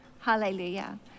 Hallelujah